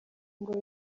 ngo